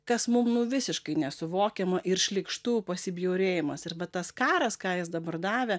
kas mum nu visiškai nesuvokiama ir šlykštu pasibjaurėjimas ir va tas karas ką jis dabar davė